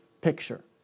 picture